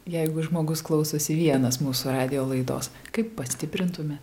jeigu žmogus klausosi vienas mūsų radijo laidos kaip pastiprintume